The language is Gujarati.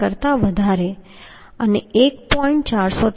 7 કરતા વધારે અને 1